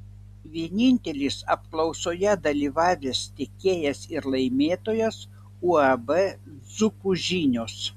vienintelis apklausoje dalyvavęs tiekėjas ir laimėtojas uab dzūkų žinios